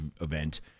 event